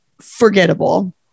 forgettable